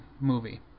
movie